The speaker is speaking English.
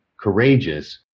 courageous